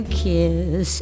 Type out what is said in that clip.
kiss